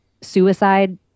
suicide